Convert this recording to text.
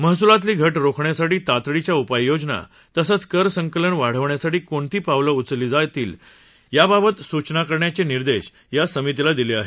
महसुलातली घट रोखण्यासाठी तातडीच्या उपाययोजना तसंच कर संकलन वाढवण्यासाठी कोणती पावलं उचलता येतील याबाबत सूचना करण्याचे निर्देश या समितीला दिले आहेत